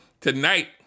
tonight